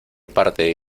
parte